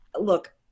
Look